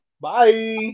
Bye